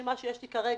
מתוכן שצוינו כאן